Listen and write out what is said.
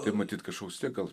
tai matyt kažkoks gal